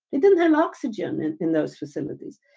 they didn't have oxygen in those facilities.